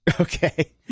Okay